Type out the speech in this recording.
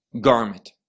garment